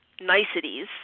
niceties